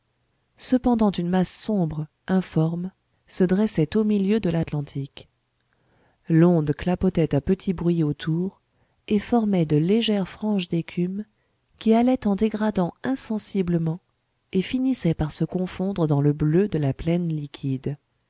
cependant une masse sombre informe se dressait au milieu de l'atlantique l'onde clapotait à petit bruit autour et formait de légères franges d'écume qui allaient en dégradant insensiblement et finissaient par se confondre dans le bleu de la plaine liquide